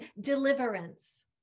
deliverance